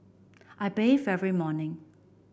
I bathe every morning